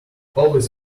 always